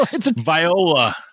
Viola